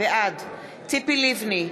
בעד ציפי לבני,